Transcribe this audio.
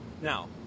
Now